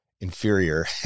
inferior